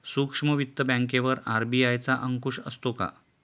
सूक्ष्म वित्त बँकेवर आर.बी.आय चा अंकुश असतो का?